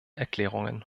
erklärungen